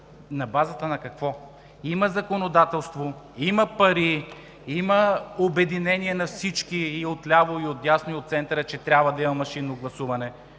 на базата на какво? Има законодателство, има пари, има обединение от всички – и от ляво, и от дясно, и от центъра, че трябва да има машинно гласуване,